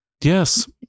yes